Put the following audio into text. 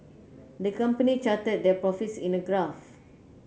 the company charted their profits in a graph